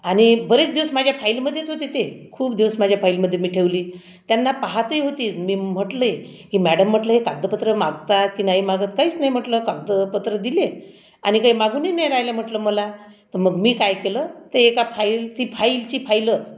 आणि बरेच दिवस माझ्या फाइलमध्येच होते ते खूप दिवस माझ्या फाइलमध्ये मी ठेवली त्यांना पाहतही होती मी म्हटली की मॅडम म्हटलं हे कागदपत्रं मागतात की नाही मागत काहीच नाही म्हटलं कागदपत्रं दिली आहे आणि काही मागूनही नाही राहिलं म्हटलं मला तर मग मी काय केलं ते एका फाइल ती फाइलची फाइलं